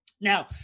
Now